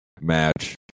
match